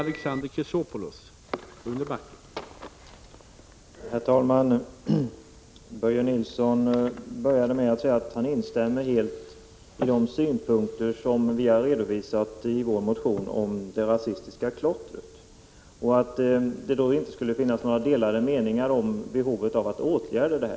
Herr talman! Börje Nilsson började med att säga att han instämmer helt i de synpunkter som vi har redovisat i vår motion om det rasistiska klottret. Han anser att det inte finns några delade meningar om behovet av att åtgärda detta.